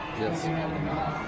Yes